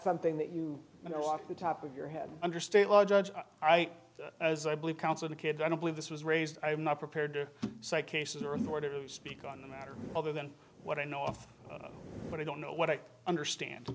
something that you know off the top of your head under state law judge all right as i believe counsel the kids and i believe this was raised i am not prepared so i cases are in order to speak on the matter other than what i know of what i don't know what i understand